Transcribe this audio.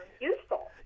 useful